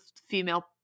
female